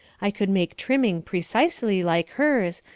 i could make trimming precisely like hers,